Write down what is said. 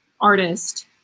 artist